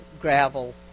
gravel